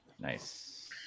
nice